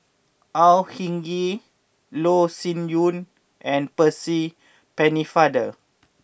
Au Hing Yee Loh Sin Yun and Percy Pennefather